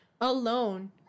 alone